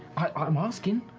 i'm asking.